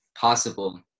possible